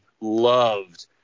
loved